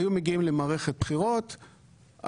היו מגיעים למערכת בחירות,